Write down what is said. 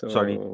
Sorry